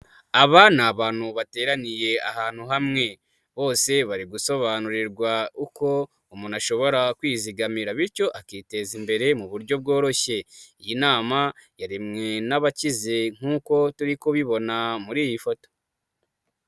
Aba ni abantu bateraniye ahantu hamwe, bose bari gusobanurirwa uko umuntu ashobora kwizigamira, bityo akiteza imbere mu buryo bworoshye, iyi nama yaremwe n'abakize nk'uko turi kubibona muri iyi foto.